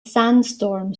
sandstorm